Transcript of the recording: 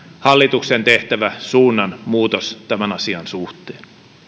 hallituksen tehtävä suunnanmuutos tämän asian suhteen